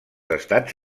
estats